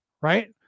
Right